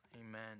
Amen